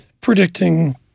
predicting